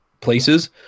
places